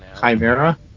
Chimera